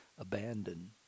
abandon